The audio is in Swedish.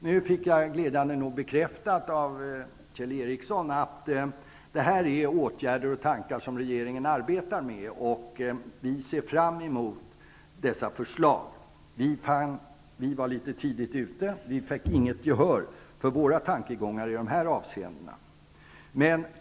Nu fick jag glädjande nog bekräftat av Kjell Ericsson att detta är åtgärder och tankar som regeringen arbetar med. Vi ser fram emot dessa förslag. Vi var litet tidigt ute och fick inget gehör för våra tankegångar i de här avseendena.